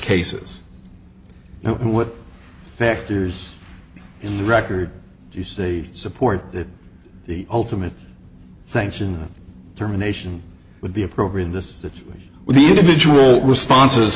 cases what factors in the record you say support that the ultimate sanction terminations would be appropriate in this that the individual responses